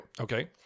Okay